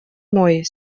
мой